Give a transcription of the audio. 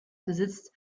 besitzt